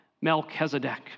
Melchizedek